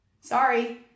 sorry